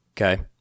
okay